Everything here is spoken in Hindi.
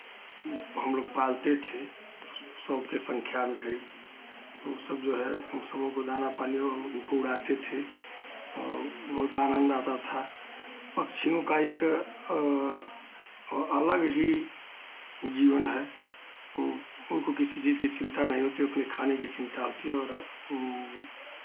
हम लोग पालते थे सौ की संख्या में करीब तो वो सब जो है उन सबों को दाना पानी वा उनको उड़ाते थे और बहुत आनंद आता था पक्षियों का एक अलग ही जीवन है ओ उनको किसी चीज़ की चिंता नहीं होती वो अपने खाने की चिंता होती है और